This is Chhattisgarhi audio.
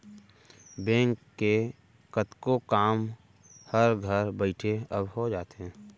बेंक के कतको काम हर घर बइठे अब हो जाथे